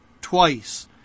twice